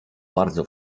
bardzo